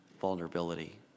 vulnerability